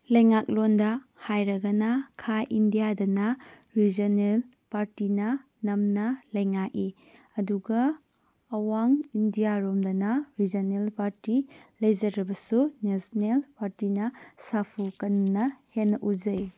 ꯂꯩꯉꯥꯛꯂꯣꯟꯗ ꯍꯥꯏꯔꯒꯅ ꯈꯥ ꯏꯟꯗꯤꯌꯥꯗꯅ ꯔꯤꯖꯅꯦꯜ ꯄꯥꯔꯇꯤꯅ ꯅꯝꯅ ꯂꯩꯉꯥꯛꯏ ꯑꯗꯨꯒ ꯑꯋꯥꯡ ꯏꯟꯗꯤꯌꯥꯔꯣꯝꯗꯅ ꯔꯤꯖꯅꯦꯜ ꯄꯥꯔꯇꯤ ꯂꯩꯖꯔꯕꯁꯨ ꯅꯦꯁꯅꯦꯜ ꯄꯥꯔꯇꯤꯅ ꯁꯥꯐꯨ ꯀꯟꯅ ꯍꯦꯟꯅ ꯎꯖꯩ